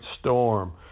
storm